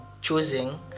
choosing